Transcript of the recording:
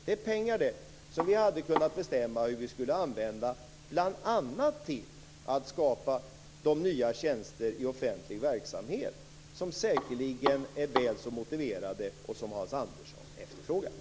Det är pengar som vi hade kunnat bestämma hur vi skulle kunnat använda bl.a. till att skapa de nya tjänster i offentlig verksamhet som säkerligen är väl så motiverade och som Hans Andersson efterfrågar.